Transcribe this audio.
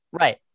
Right